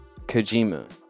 Kojima